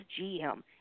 GM